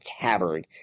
cavern